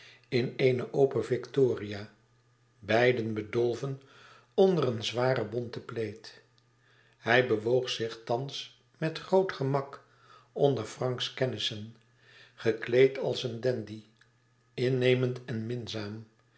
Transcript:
in eene open victoria beiden bedolven onder een zwaren bonten plaid hij bewoog zich thans met groot gemak onder franks kennissen gekleed als een dandy innemend en minzaam